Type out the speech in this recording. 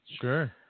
Sure